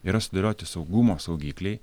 yra sudėlioti saugumo saugikliai